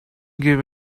give